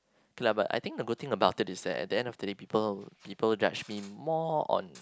clever I think the good thing about it is that at the end of the day people people judge me more on